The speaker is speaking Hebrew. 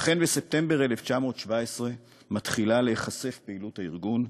ואכן, בספטמבר 1917 מתחילה להיחשף פעילות הארגון.